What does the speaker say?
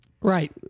Right